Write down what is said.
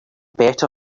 better